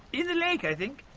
the the lake, i think.